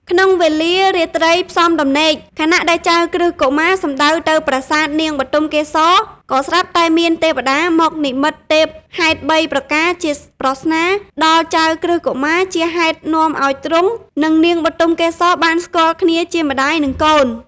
ក្នុងវេលារាត្រីផ្សំដំណេក ខណៈដែលចៅក្រឹស្នកុមារសំដៅទៅប្រាសាទ នាងបុទមកេសរក៏ស្រាប់តែមានទេវតាមកនិមិត្តទេពហេតុបីប្រការជាប្រស្នាដល់ចៅក្រឹស្នកុមារ ជាហេតុនាំឱ្យទ្រង់ និងនាងបុទមកេសរបានស្គាល់គ្នាជាម្តាយនិងកូន។